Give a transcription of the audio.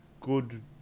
good